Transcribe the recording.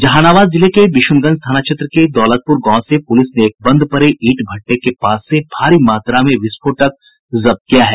जहानाबाद जिले के विशुनगंज थाना क्षेत्र के दौलतपुर गांव से पुलिस ने एक बंद पड़े ईंट भट्ठे के पास से भारी मात्रा में विस्फोटक जब्त किया है